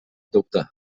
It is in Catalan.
dubte